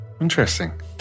interesting